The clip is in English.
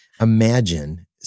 imagine